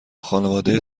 خانواده